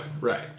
right